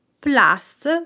plus